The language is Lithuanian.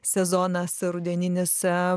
sezonas rudeninis